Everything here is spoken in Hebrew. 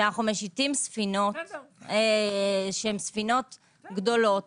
כשאנו משיטים ספינות גדולות,